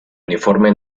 uniforme